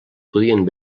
podien